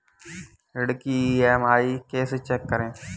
ऋण की ई.एम.आई कैसे चेक करें?